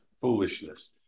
foolishness